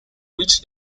which